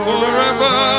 Forever